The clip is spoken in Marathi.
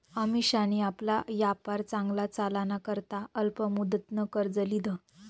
अमिशानी आपला यापार चांगला चालाना करता अल्प मुदतनं कर्ज ल्हिदं